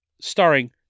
Starring